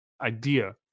idea